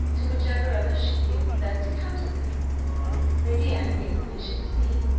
to whichever of us should give the best account of them lady anne gave the fishes to me.